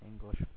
English